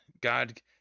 God